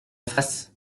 face